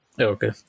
Okay